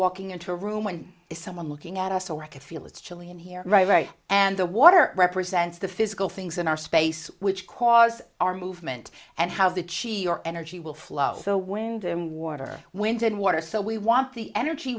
walking into a room when it's someone looking at us or could feel it's chilly in here right right and the water represents the physical things in our space which cause our movement and how the cio or energy will flow so wind and water wind and water so we want the energy